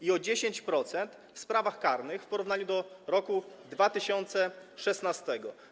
i o 10% w sprawach karnych w porównaniu z rokiem 2016.